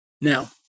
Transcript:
Now